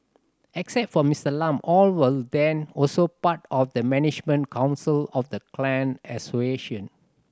except for Mister Lam all were then also part of the management council of the clan association